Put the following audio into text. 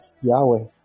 Yahweh